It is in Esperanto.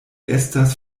estas